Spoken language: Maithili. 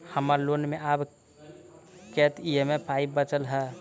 हम्मर लोन मे आब कैत ई.एम.आई बचल ह?